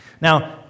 Now